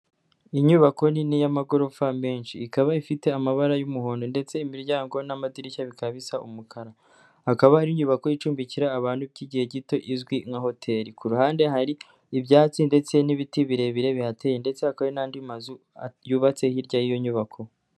Inyubako nini y'amagorofa menshi, ikaba ifite amabara y'umuhondo ndetse imiryango n'amadirishya bikaba bisa umukara, ikaba ari inyubako icumbikira abantu by'igihe gito izwi nka hoteli, ku ruhande hari ibyatsi ndetse n'ibiti birebire bihateye ndetse hakaba hari n'andi mazu yubatse hirya y'iyo nyubako.